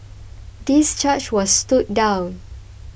this charge was stood down